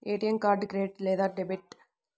ATM card credit లేదా debit?